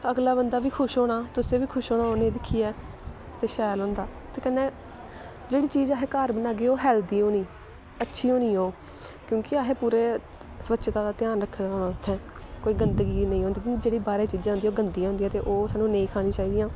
अगला बंदा बी खुश होना तुसें बी खुश होना उ'नेंगी दिक्खियै ते शैल होंदा ते कन्नै जेह्ड़ी चीज अस घर बनाह्गे ओह् हैल्दी होनी अच्छी होनी ओह् क्योंकि असें पूरे स्वच्छता दा ध्यान रक्खे दा होना उत्थें कोई गंदगी नेईं होंदी जेह्ड़ी बाह्रै दियां चीज़ां होंदियां ओह् गंदियां होंदियां ते ओह् सानूं नेईं खानियां चाहिदियां